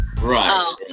Right